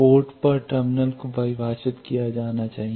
port पर terminal को परिभाषित किया जाना चाहिए